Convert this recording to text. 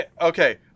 Okay